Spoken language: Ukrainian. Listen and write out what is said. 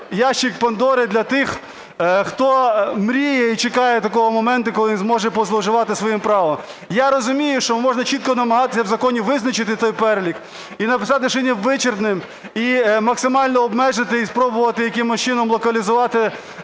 "ящик Пандоры" для тих, хто мріє і чекає такого моменту, коли він зможе позловживати своїм правом. Я розумію, що можна чітко намагатися в законі визначити цей перелік і написати, що він є вичерпним. І максимально обмежити і спробувати якимось чином локалізувати